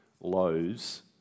lows